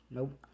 Nope